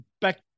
back